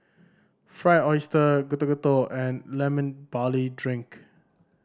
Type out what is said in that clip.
Fried Oyster Getuk Getuk and Lemon Barley Drink